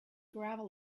gravel